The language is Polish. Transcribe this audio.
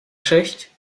sześć